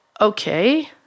okay